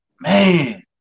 man